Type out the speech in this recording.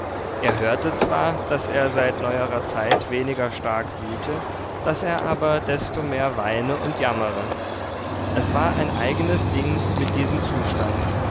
er hörte zwar daß er seit neuerer zeit weniger stark wüte daß er aber desto mehr weine und jammere es war ein eigenes ding mit diesem zustand